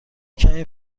کمی